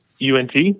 UNT